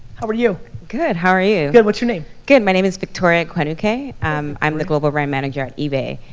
how are you? good, how are you? good, what's your name? good, my name is victoria ekwenuke. um i'm the global brand manager at ebay.